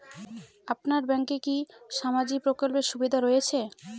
আপনার ব্যাংকে কি সামাজিক প্রকল্পের সুবিধা রয়েছে?